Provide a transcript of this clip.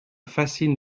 fascine